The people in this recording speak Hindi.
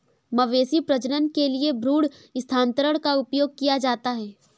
मवेशी प्रजनन के लिए भ्रूण स्थानांतरण का उपयोग किया जाता है